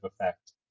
effect